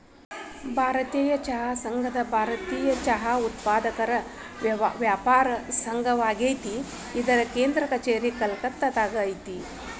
ಭಾರತೇಯ ಚಹಾ ಸಂಘ ಭಾರತೇಯ ಚಹಾ ಉತ್ಪಾದಕರ ವ್ಯಾಪಾರ ಸಂಘವಾಗೇತಿ ಇದರ ಕೇಂದ್ರ ಕಛೇರಿ ಕೋಲ್ಕತ್ತಾದಾಗ ಐತಿ